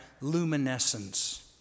luminescence